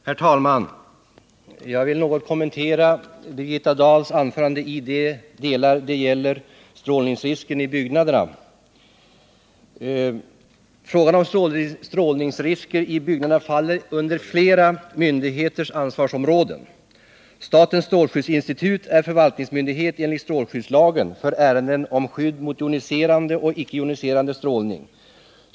Herr talman! Jag vill något kommentera Birgitta Dahls anförande i de delar det gäller strålningsrisken i byggnader. Frågan om strålningsrisker i byggnader faller under flera myndigheters ansvarsområden. Statens strålskyddsinstitut är förvaltningsmyndighet enligt strålskyddslagen för ärenden om skydd mot joniserande och icke joniserande strålning.